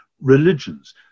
religions